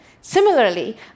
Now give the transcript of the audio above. Similarly